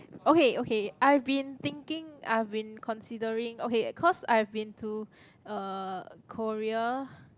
okay okay I have been thinking I have been considering okay cause I have been to uh Korea